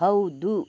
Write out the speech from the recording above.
ಹೌದು